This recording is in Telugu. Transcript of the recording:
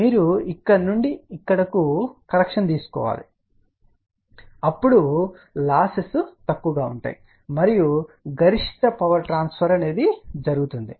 మీరు ఇక్కడ నుండి ఇక్కడకు కరక్షన్ చేయాలి తద్వారా లాసెస్ తక్కువగా ఉంటాయి మరియు గరిష్ట పవర్ ట్రాన్స్ఫర్ జరుగుతుంది